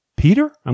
Peter